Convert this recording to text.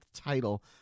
title